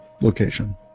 location